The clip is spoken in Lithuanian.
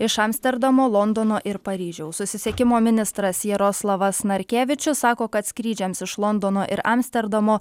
iš amsterdamo londono ir paryžiaus susisiekimo ministras jaroslavas narkevičius sako kad skrydžiams iš londono ir amsterdamo